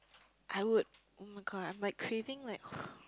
I would [oh]-my-god I'm like craving like